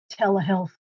telehealth